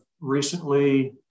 recently